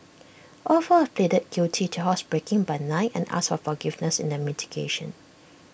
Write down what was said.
all four have pleaded guilty to housebreaking by night and asked for forgiveness in their mitigation